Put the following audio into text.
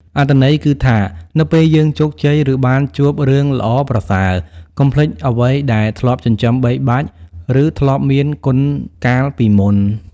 អត្ថន័យគឺថា នៅពេលយើងជោគជ័យ ឬបានជួបរឿងល្អប្រសើរ កុំភ្លេចអ្វីដែលធ្លាប់ចិញ្ចឹមបីបាច់ ឬធ្លាប់មានគុណកាលពីមុន។